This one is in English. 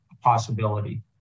possibility